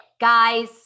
guys